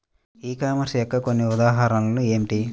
ఈ కామర్స్ యొక్క కొన్ని ఉదాహరణలు ఏమిటి?